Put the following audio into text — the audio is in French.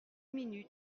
minute